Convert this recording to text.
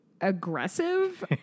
aggressive